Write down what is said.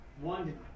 one